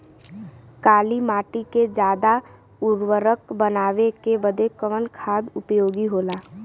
काली माटी के ज्यादा उर्वरक बनावे के बदे कवन खाद उपयोगी होला?